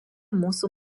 mūsų